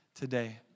today